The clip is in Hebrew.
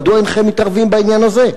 מדוע אינכם מתערבים בעניין הזה?